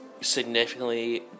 significantly